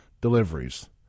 Deliveries